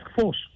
force